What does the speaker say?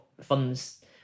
funds